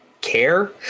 care